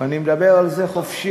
אני מדבר על זה חופשי,